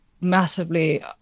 massively